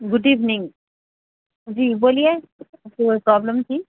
good evening جی بولیے کوئی پرابلم تھی